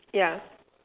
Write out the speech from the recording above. yeah